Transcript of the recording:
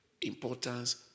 importance